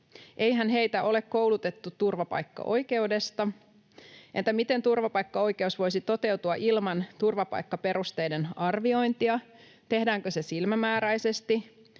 Eihän heitä ole koulutettu turvapaikkaoikeudesta. Entä miten turvapaikkaoikeus voisi toteutua ilman turvapaikkaperusteiden arviointia? Tehdäänkö se silmämääräisesti,